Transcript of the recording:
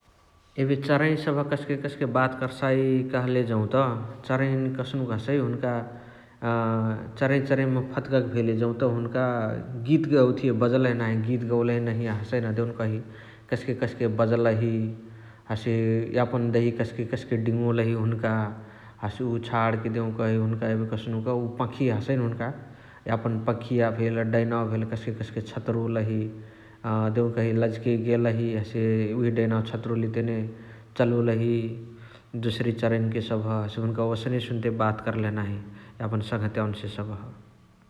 एबे चरैया सबह कस्के कस्के बात कर्साइ कहले जौत चारइया नि कस्नुक हसइ हुन्क अ चरैया क चरैया मा फदकके भेले जौत हुन्का गीत ओथिय बजलही नाही गीत गौले नहिया हसइन देउनकही कस्के कस्के बजलही । हसे यापन दहिया कस्के कस्के दिङोलही हुन्का । हसे उ छणके देउनकही हुन्क एबे कस्नुक उ पङ्खिया हसइ न हुन्का यापन पङ्खिया भेल यापन डैनावा भेल कस्के कस्के छतरोलही । देउनकही लजिके गेलही हसे उहे डैनावा छतरोली तेने चलोलही दोसरी चरैयान्के सबह । हुन्क ओसने सुन्ते बात कर्लही नाही यापन सङ्हतियावन्से सबह ।